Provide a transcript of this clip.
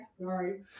Sorry